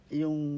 yung